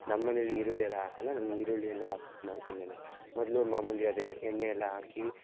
ನಮ್ಮ ಮನೆಲ್ಲಿ ಈರುಳ್ಳಿ ಎಲ್ಲ ಹಾಕಲ್ಲ ನಾನು ಈರುಳ್ಳಿ ಎಲ್ಲ ಹಾಕ್ಬುಟ್ ಮಾಡ್ತೀನಿ ನಾನು ಮೊದಲು ಮಾಮೂಲಿ ಅದೇ ಎಣ್ಣೆ ಎಲ್ಲ ಹಾಕಿ